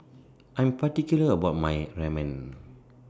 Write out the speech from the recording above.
I Am particular about My Ramen